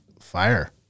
fire